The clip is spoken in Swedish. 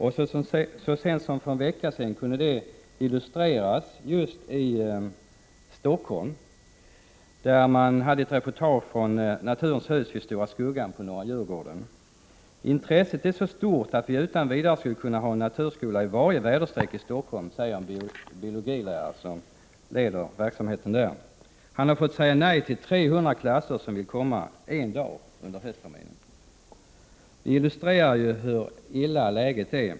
Så sent som för en vecka sedan kunde det illustreras med ett exempel från Stockholm, nämligen ett reportage från Naturens hus vid Stora skuggan på Djurgården. Intresset är så stort att vi utan vidare skulle kunna ha en naturskola i varje väderstreck i Stockholm, säger en biologilärare som leder verksamheten där. Han har fått säga nej till 300 klasser, som vill komma en dag under höstterminen. Det illustrerar hur dåligt läget är.